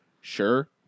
Sure